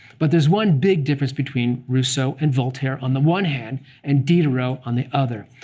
but there's one big difference between rousseau and voltaire on the one hand and diderot on the other.